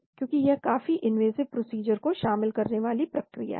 क्योंकि यह काफी इनवेसिव प्रोसीजर को शामिल करने वाली प्रक्रिया है